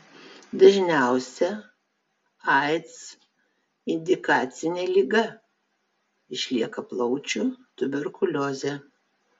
dažniausia aids indikacinė liga išlieka plaučių tuberkuliozė